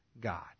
God